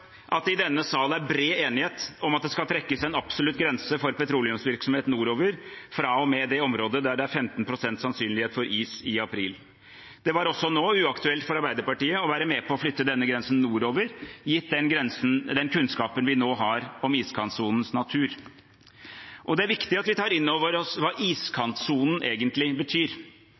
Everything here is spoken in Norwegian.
at det i denne sal er bred enighet om at det skal trekkes en absolutt grense for petroleumsvirksomhet nordover, fra og med det området der det er 15 pst. sannsynlighet for is i april. Det var også nå uaktuelt for Arbeiderpartiet å være med på å flytte denne grensen nordover, gitt den kunnskapen vi nå har om iskantsonens natur. Og det er viktig at vi tar inn over oss hva «iskantsonen» egentlig betyr.